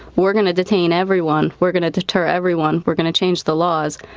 we're going to detain everyone. we're going to deter everyone. we're going to change the laws.